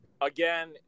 Again